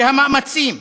שהמאמצים